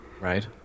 Right